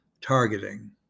targeting